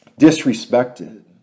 disrespected